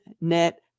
net